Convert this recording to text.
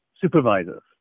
supervisors